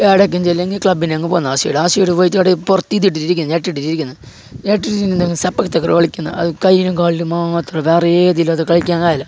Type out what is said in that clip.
ട്ടിട്ട് ഇരിക്കുന്നു